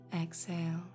exhale